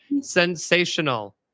sensational